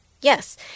Yes